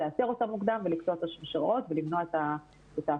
לעצור אותה מוקדם ולקטוע את השרשראות למניעת ההפצה.